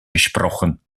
gesprochen